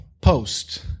post